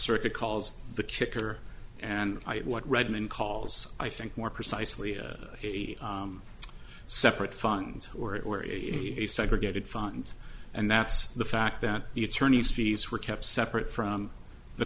circuit calls the kicker and what redmond calls i think more precisely a separate fund or it were a segregated fund and that's the fact that the attorneys fees were kept separate from the